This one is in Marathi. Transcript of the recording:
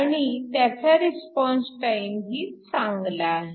आणि त्याचा रिस्पॉन्स टाइम ही चांगला आहे